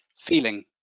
feeling